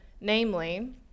namely